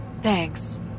Thanks